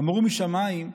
אמרו משמיים: